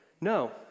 no